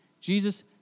Jesus